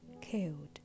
killed